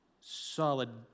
solid